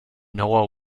noah